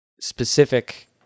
specific